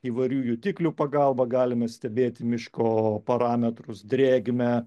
įvairių jutiklių pagalba galime stebėti miško parametrus drėgmę